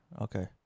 Okay